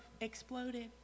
exploded